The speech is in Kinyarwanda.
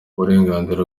uburenganzira